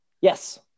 Yes